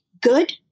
good